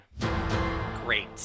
Great